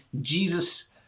Jesus